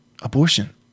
abortion